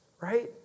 Right